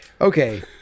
Okay